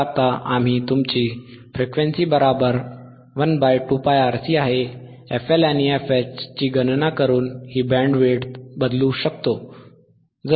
तर आता आम्ही तुमची Frequency12πRC आहे fL आणि fH ची गणना करून ही बँडविड्थ बदलू शकतो